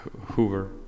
Hoover